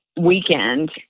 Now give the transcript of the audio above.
weekend